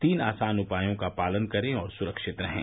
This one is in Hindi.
तीन आसान उपायों का पालन करें और सुरक्षित रहें